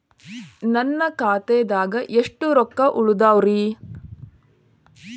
ನನ್ನ ಖಾತೆದಾಗ ಎಷ್ಟ ರೊಕ್ಕಾ ಉಳದಾವ್ರಿ?